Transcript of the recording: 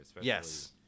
Yes